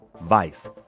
Vice